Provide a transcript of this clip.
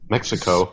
Mexico